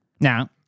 Now